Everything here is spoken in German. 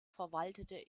verwaltete